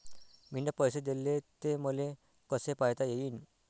मिन पैसे देले, ते मले कसे पायता येईन?